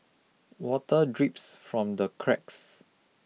water drips from the cracks